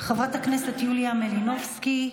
חברת הכנסת יוליה מלינובסקי,